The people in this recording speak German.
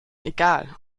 egal